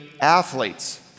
athletes